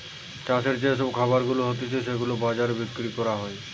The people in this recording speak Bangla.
চাষের যে সব খাবার গুলা হতিছে সেগুলাকে বাজারে বিক্রি করা